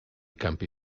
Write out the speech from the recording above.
campi